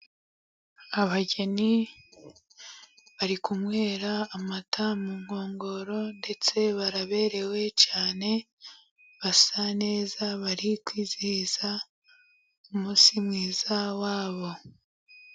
Abageni bari kunywera amata mu nkongoro, ndetse baraberewe cyane basa neza bari kwizihiza umunsi mwiza wabo.